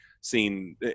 seen